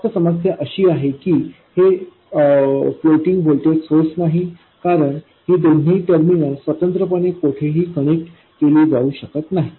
फक्त समस्या अशी आहे की हे फ्लोटिंग व्होल्टेज सोर्स नाही कारण ही दोन्ही टर्मिनल्स स्वतंत्रपणे कोठेही कनेक्ट केली जाऊ शकत नाहीत